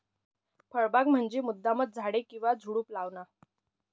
फळबाग म्हंजी मुद्दामचं झाडे किंवा झुडुप लावाना